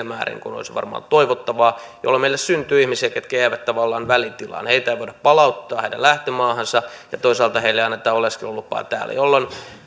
määrin kuin olisi varmaan toivottavaa jolloin meille syntyy ihmisiä ketkä jäävät tavallaan välitilaan heitä ei voida palauttaa lähtömaahansa ja toisaalta heille ei anneta oleskelulupaa täällä jolloin